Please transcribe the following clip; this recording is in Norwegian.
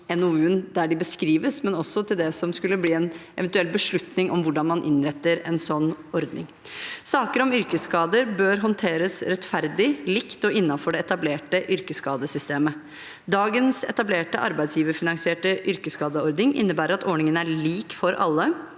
der de beskrives, men også til det som skulle bli en eventuell beslutning om hvordan man innretter en sånn ordning. Saker om yrkesskader bør håndteres rettferdig, likt og innenfor det etablerte yrkesskadesystemet. Dagens etablerte arbeidsgiverfinansierte yrkesskadeordning innebærer at ordningen er lik for alle,